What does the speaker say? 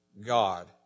God